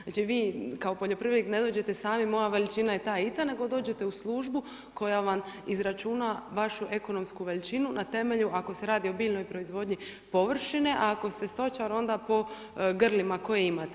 Znači vi kao poljoprivrednik ne dođete sami moja veličina je ta i ta nego dođete u službu koja vam izračuna vašu ekonomsku veličinu na temelju ako se radi o biljnoj proizvodnji površine, ako ste stočar onda po grlima koje imate.